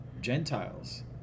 Gentiles